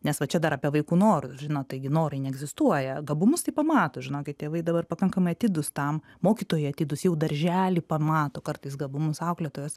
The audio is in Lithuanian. nes va čia dar apie vaikų norus žinot taigi norai neegzistuoja gabumus tai pamato žinokit tėvai dabar pakankamai atidūs tam mokytojai atidūs jau daržely pamato kartais gabumus auklėtojos